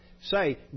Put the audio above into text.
say